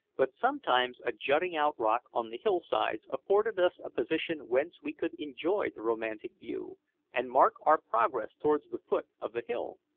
but sometimes a jutting-out rock on the hillsides afforded us a position whence we could enjoy the romantic view and mark our progress towards the foot of the hill.